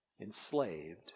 enslaved